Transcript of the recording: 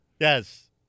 Yes